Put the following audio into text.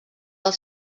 del